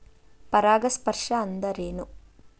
ಪರಾಗಸ್ಪರ್ಶ ಅಂದರೇನು?